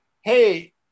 hey